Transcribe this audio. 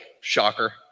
shocker